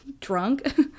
drunk